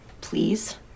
Please